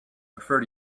prefer